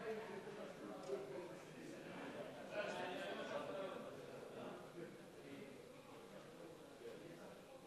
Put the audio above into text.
אני חושב